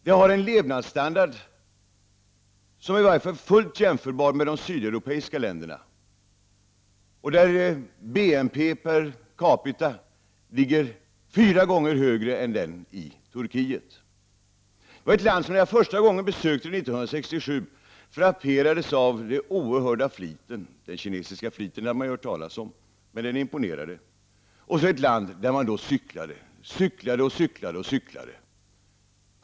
Det har en levnadsstandard som i varje fall är fullt jämförbar med de sydeuropeiska ländernas. BNP per kapita ligger fyra gånger högre än i Turkiet. När jag första gången besökte detta land 1967 frapperades jag av den oerhörda fliten. Den kinesiska fliten hade man ju hört talas om, men den imponerade. Och så var det ett land där man cyklade och cyklade.